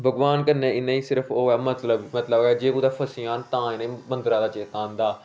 भगबान कन्नै इनेंगी सिर्फ केह् ऐ मतलब जे कुदे फसी जान तां इंहेगी मंदरे दा चेता आंदा